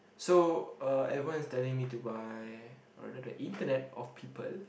so uh everyone is telling me to buy or rather the internet of people